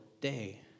day